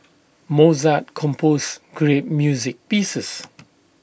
Mozart composed great music pieces